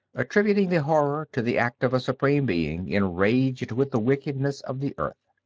attributing the horror to the act of a supreme being enraged with the wickedness of the earth.